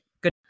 Good